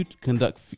conduct